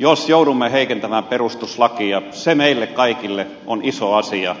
jos joudumme heikentämään perustuslakia se meille kaikille on iso asia